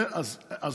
יפה אמרת.